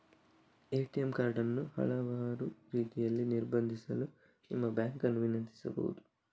ATM card ಅನ್ನು ಹಲವಾರು ರೀತಿಯಲ್ಲಿ ನಿರ್ಬಂಧಿಸಲು ನಿಮ್ಮ ಬ್ಯಾಂಕ್ ಅನ್ನು ವಿನಂತಿಸಬಹುದು